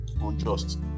unjust